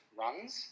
runs